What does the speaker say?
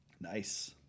Nice